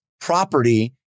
property